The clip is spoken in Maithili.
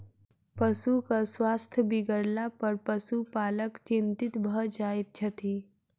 पशुक स्वास्थ्य बिगड़लापर पशुपालक चिंतित भ जाइत छथि